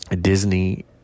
Disney